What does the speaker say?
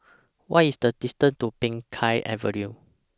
What IS The distance to Peng Kang Avenue